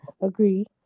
agree